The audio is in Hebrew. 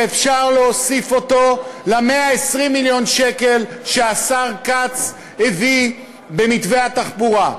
שאפשר להוסיף אותו ל-120 מיליון השקל שהשר כץ הביא במתווה התחבורה,